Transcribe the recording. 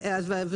תקניים,